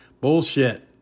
Bullshit